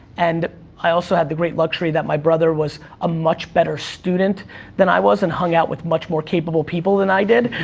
and i also had the great luxury that my brother was a much better student than i was, and hung out with much more capable people than i did,